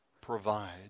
provide